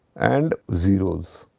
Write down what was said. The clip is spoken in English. and zeros.